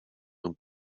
een